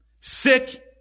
sick